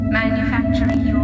manufacturing